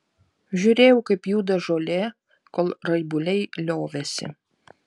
žiūrėjau kaip juda žolė kol raibuliai liovėsi